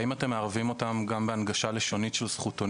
האם אתם מערבים את ההורים שלהם גם בהנגשה לשונית של זכותונים